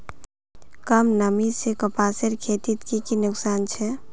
कम नमी से कपासेर खेतीत की की नुकसान छे?